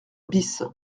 bis